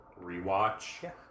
rewatch